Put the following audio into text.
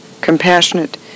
compassionate